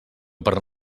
per